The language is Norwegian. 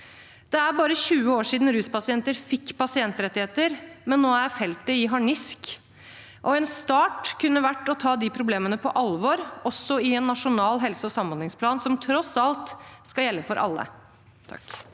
Det er bare 20 år siden ruspasienter fikk pasientrettigheter, men nå er feltet i harnisk. En start kunne vært å ta de problemene på alvor, også i en nasjonal helse- og samhandlingsplan – som tross alt skal gjelde for alle.